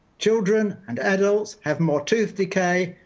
children and adults have more tooth decay,